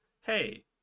hey